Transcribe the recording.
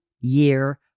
year